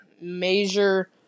Major